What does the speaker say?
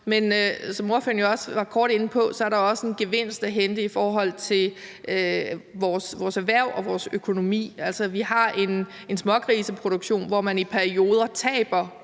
Men som ordføreren jo også var kort inde på, er der også en gevinst at hente i forhold til vores erhverv og vores økonomi. Altså, vi har en smågriseproduktion, hvor man i perioder taber